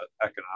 economic